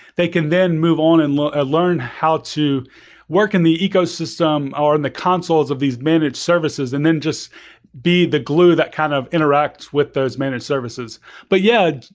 they can then move on and learn ah learn how to work in the ecosystem, ah or in the consoles of these managed services and then just be the glue that kind of interacts with those managed services but yeah,